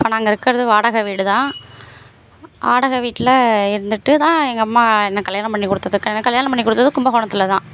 இப்போ நாங்கள் இருக்கிறது வாடகை வீடு தான் வாடகை வீட்டில் இருந்துட்டு தான் எங்கள் அம்மா என்னை கல்யாணம் பண்ணி குடுத்தது என்னை கல்யாணம் பண்ணிக் கொடுத்தது கும்பகோணத்தில் தான்